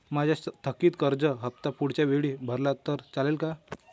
माझा थकीत कर्ज हफ्ता पुढच्या वेळी भरला तर चालेल का?